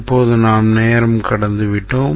இப்போது நாம் நேரம் கடந்துவிட்டோம்